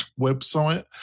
website